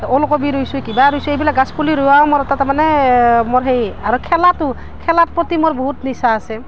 ওলকবি ৰুইছোঁ কিবা ৰুইছো্ঁ এইবিলাক গছ পুলি ৰোৱা মোৰ এটা তাৰ মানে মোৰ সেই আৰু খেলাটো খেলাৰ প্ৰতি মোৰ বহুত নিচা আছে